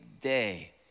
day